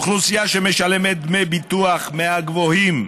אוכלוסייה שמשלמת דמי ביטוח הגבוהים